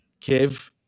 Kev